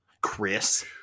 Chris